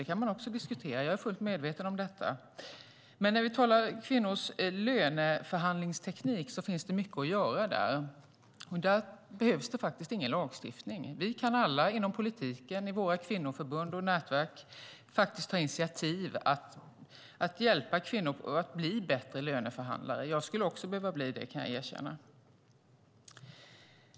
Det kan man också diskutera. Jag är fullt medveten om detta. När vi talar om kvinnors löneförhandlingsteknik finns det mycket att göra. Där behövs det ingen lagstiftning. Vi kan alla inom politiken, i våra kvinnoförbund och i nätverk ta initiativ till att hjälpa kvinnor att bli bättre löneförhandlare. Jag skulle också behöva bli det, kan jag erkänna.